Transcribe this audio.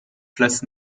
place